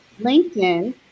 LinkedIn